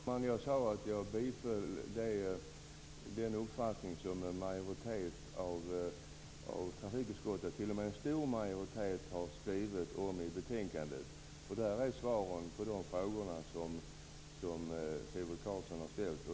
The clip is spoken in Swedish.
Herr talman! Jag sade att jag delar den uppfattning som en stor majoritet av trafikutskottet har uttryckt i betänkandet. Där finns svaren på de frågor som Sivert Carlsson har ställt.